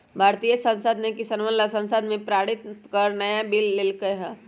भारतीय संसद ने किसनवन ला संसद में पारित कर नया बिल लय के है